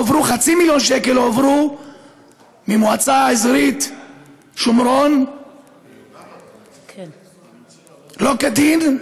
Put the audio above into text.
חצי מיליון שקל הועברו מהמועצה האזורית שומרון שלא כדין.